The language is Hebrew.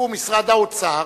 שהוא משרד האוצר,